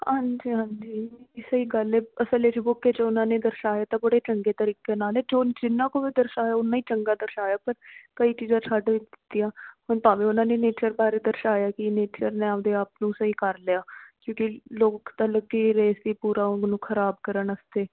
ਹਾਂਜੀ ਹਾਂਜੀ ਸਹੀ ਗੱਲ ਹੈ ਅਸਲ 'ਚ ਬੁੱਕ 'ਚ ਉਹਨਾਂ ਨੇ ਦਰਸਾਇਆ ਤਾਂ ਬੜੇ ਚੰਗੇ ਤਰੀਕੇ ਨਾਲ ਹੈ ਜੋ ਜਿੰਨਾਂ ਕੁ ਵੀ ਦਰਸਾਇਆ ਓਨਾ ਹੀ ਚੰਗਾ ਦਰਸਾਇਆ ਪਰ ਕਈ ਚੀਜ਼ਾਂ ਛੱਡ ਵੀ ਦਿੱਤੀਆਂ ਹੁਣ ਭਾਵੇਂ ਉਹਨਾਂ ਨੇ ਨੇਚਰ ਬਾਰੇ ਦਰਸਾਇਆ ਕਿ ਨੇਚਰ ਨੇ ਆਪਦੇ ਆਪ ਨੂੰ ਸਹੀ ਕਰ ਲਿਆ ਕਿਉਂਕਿ ਲੋਕ ਤਾਂ ਲੱਗੇ ਹੀ ਰਹੇ ਸੀ ਪੂਰਾ ਉਹਨੂੰ ਖਰਾਬ ਕਰਨ ਵਾਸਤੇ